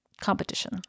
competition